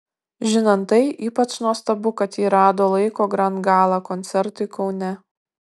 žinant tai ypač nuostabu kad ji rado laiko grand gala koncertui kaune